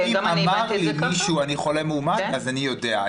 אם אמר לי מישהו שהוא חולה מאומת, אני יודע.